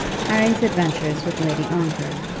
harry's adventures with lady ongar,